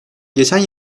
geçen